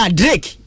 drake